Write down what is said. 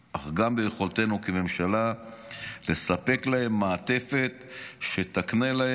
אך גם ביכולתנו כממשלה לספק להם מעטפת שתקנה להם